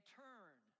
turn